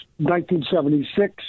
1976